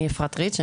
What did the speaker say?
אני אפרת ריץ',